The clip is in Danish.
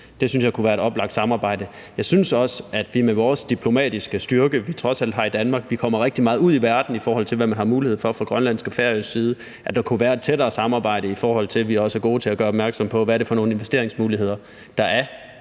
Det synes jeg kunne være et oplagt samarbejde. Jeg synes også, at der med den diplomatiske styrke, vi trods alt har i Danmark – vi kommer rigtig meget ud i verden, i forhold til hvad man har mulighed for fra grønlandsk og færøsk side – kunne være et tættere samarbejde, i forhold til også at være gode til at gøre opmærksom på, hvad det er for nogle investeringsmuligheder, der er